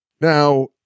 Now